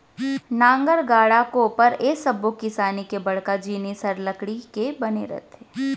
नांगर, गाड़ा, कोपर ए सब्बो किसानी के बड़का जिनिस हर लकड़ी के बने रथे